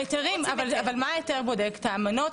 היתרים, אבל מה בודק ההיתר?